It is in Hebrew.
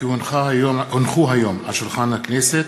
כי הונחו היום על שולחן הכנסת,